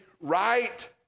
right